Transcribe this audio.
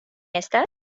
estas